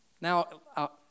Now